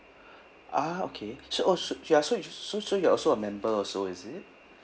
ah okay so oh so ya so you so so you're also a member also is it